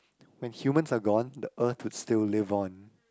when humans are gone the earth could still live on